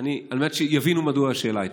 על מנת שיבינו מדוע הייתה השאלה.